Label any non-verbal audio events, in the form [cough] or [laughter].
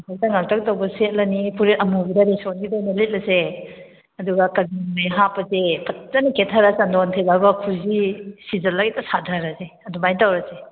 [unintelligible] ꯉꯥꯡꯇꯛ ꯇꯧꯕ ꯁꯦꯠꯂꯅꯤ ꯐꯨꯔꯤꯠ ꯑꯃꯨꯕꯗ ꯔꯦꯁꯣꯟꯒꯤꯗꯣ ꯑꯃ ꯂꯤꯠꯂꯁꯦ ꯑꯗꯨꯒ ꯀꯖꯦꯡꯂꯩ ꯍꯥꯞꯄꯁꯦ ꯐꯖꯅ ꯀꯦꯊꯔꯒ ꯆꯟꯗꯣꯟ ꯊꯤꯜꯂꯒ ꯈꯨꯖꯤ ꯁꯤꯖꯤꯜꯂ ꯍꯦꯛꯇ ꯁꯥꯊꯔꯁꯦ ꯑꯗꯨꯃꯥꯏꯅ ꯇꯧꯔꯁꯦ